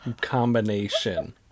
combination